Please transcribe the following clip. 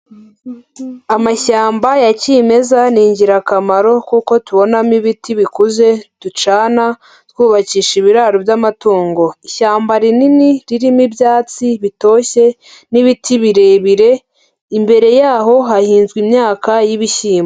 Amashyamba ya kimeza ni ingirakamaro kuko tubonamo ibiti bikuze ducana, twubakisha ibiraro by'amatungo. Ishyamba rinini ririmo ibyatsi bitoshye n'ibiti birebire, imbere yaho hahinzwe imyaka y'ibishyimbo.